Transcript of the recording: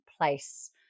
place